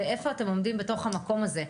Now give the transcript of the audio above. ואיפה אתם עומדים בתוך המקום הזה?